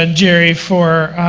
ah jerry, for